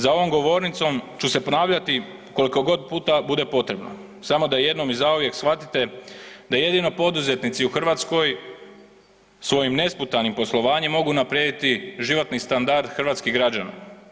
Za ovom govornicom ću se ponavljati koliko got puta bude potrebno samo da jednom i zauvijek shvatite da jedino poduzetnici u Hrvatskoj svojim nesputanim poslovanjem mogu unaprijediti životni standard hrvatskih građana.